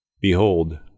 Behold